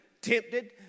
tempted